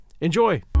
Enjoy